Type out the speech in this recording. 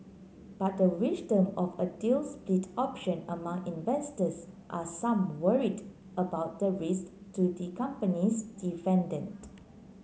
but the wisdom of a deal spit option among investors are some worried about the risk to the company's dividend